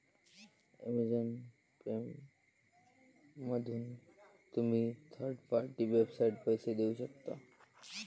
Amazon पेमधून तुम्ही third party वेबसाइटसाठी पैसे देऊ शकता